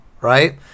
right